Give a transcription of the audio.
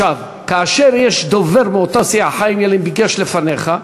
כאשר יש דובר מאותה סיעה, חיים ילין ביקש לפניך,